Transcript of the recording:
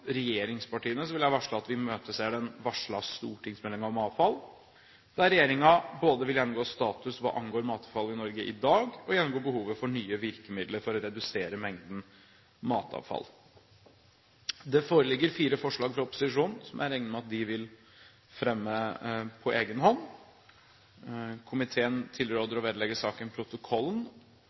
vil jeg varsle at vi imøteser den varslede stortingsmeldingen om avfall, der regjeringen vil gjennomgå både status hva angår matavfall i Norge i dag og behovet for nye virkemidler for å redusere mengden matavfall. Det foreligger fire forslag fra opposisjonen som jeg regner med at den vil fremme på egen hånd. Komiteen tilråder å vedlegge saken protokollen.